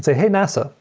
so hey, nasa,